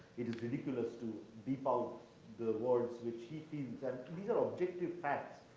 it is ridiculous to beep out the words which he feels. and these are objective facts.